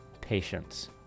Patience